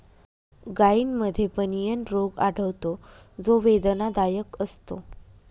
गायींमध्ये बनियन रोग आढळतो जो वेदनादायक असतो